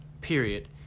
period